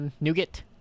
Nougat